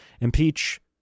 Impeach